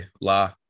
La